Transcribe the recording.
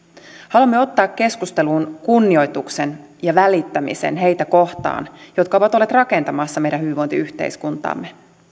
haluamme ottaa keskusteluun kunnioituksen ja välittämisen heitä kohtaan jotka ovat olleet rakentamassa meidän hyvinvointiyhteiskuntaamme